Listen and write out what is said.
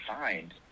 find